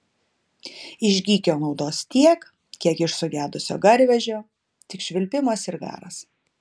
iš gykio naudos tiek kiek iš sugedusio garvežio tik švilpimas ir garas